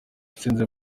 itsinze